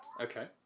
Okay